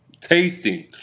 tasting